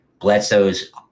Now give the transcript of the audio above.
Bledsoe's